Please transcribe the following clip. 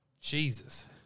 Jesus